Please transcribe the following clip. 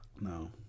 no